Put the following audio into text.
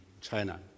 China